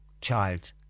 child